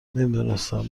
نمیدونستم